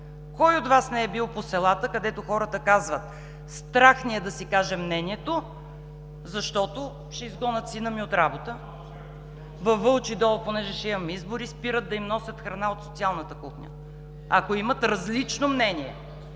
Кой от Вас не е бил по селата, където хората казват: „Страх ни е да си кажем мнението, защото ще изгонят сина ми от работа“? Във Вълчи дол, понеже ще имаме избори, спират да им носят храна от Социалната служба, ако имат различно мнение.